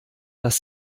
das